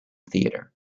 theater